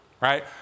right